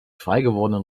freigewordenen